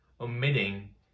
omitting